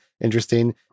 interesting